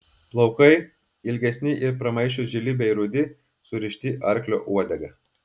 plaukai ilgesni ir pramaišiui žili bei rudi surišti arklio uodega